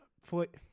Foot